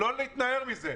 לא להתנער מזה.